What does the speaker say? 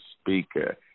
speaker